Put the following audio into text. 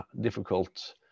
difficult